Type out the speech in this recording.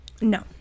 no